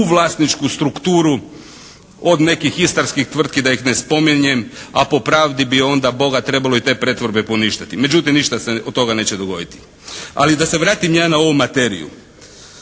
vlasničku strukturu. Od nekih istarskih tvrtki da ih ne spominjem, a po pravdi bi onda Boga trebalo i te pretvorbe poništiti. Međutim ništa se od toga neće dogoditi. Ali da se vratim ja na ovu materiju.